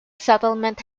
settlement